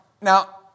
now